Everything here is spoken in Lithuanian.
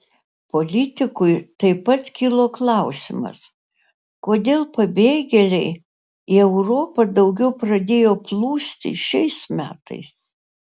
politikui taip pat kilo klausimas kodėl pabėgėliai į europą daugiau pradėjo plūsti šiais metais